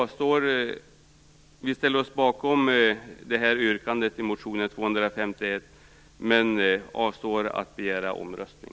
Vi ställer oss bakom yrkandet i motion So251 men avstår från att begära omröstning.